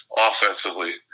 offensively